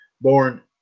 born